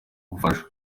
ubufasha